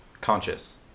conscious